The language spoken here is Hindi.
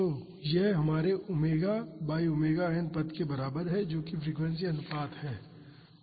तो यह हमारे ओमेगा बाई ओमेगा एन पद के बराबर है जो कि फ्रीक्वेंसी अनुपात है